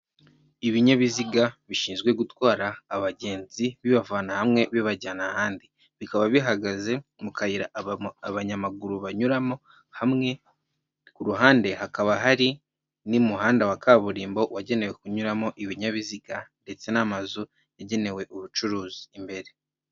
Ibinyabiziga bishinzwe gutwara abagenzi bibavana hamwe bibajyana ahandi, bikaba bihagaze mu kayira abanyamaguru banyuramo hamwe ku ruhande hakaba hari n'umuhanda wa kaburimbo wagenewe kunyuramo ibinyabiziga ndetse n'amazu yagenewe ubucuruzi imbere.